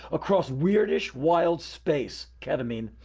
across weirdish wild space ketamine.